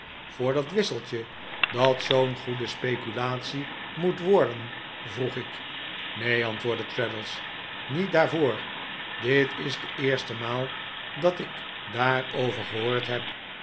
voor dat wisseltje dat zoo'n goede speculate moet worden vroeg ik neen antwoordde traddles niet daarvoor dit is de eerste maal dat ik daarover gehoord heb